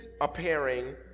appearing